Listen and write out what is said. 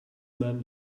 man